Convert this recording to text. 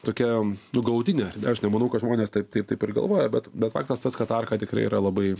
tokia nu galutinė aš nemanau kad žmonės taip taip taip ir galvoja bet bet faktas tas kad arka tikrai yra labai